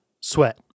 Sweat